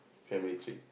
family trip